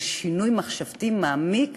של שינוי מחשבתי מעמיק,